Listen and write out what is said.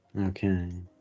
Okay